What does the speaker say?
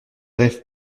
rêvent